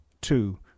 two